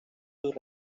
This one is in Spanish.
sus